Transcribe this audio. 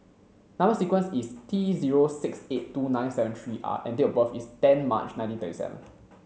number sequence is T zero six eight two nine seven three R and date of birth is ten March nineteen thirty seven